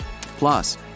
Plus